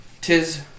tis